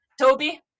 toby